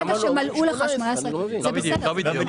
לא בדיוק.